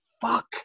fuck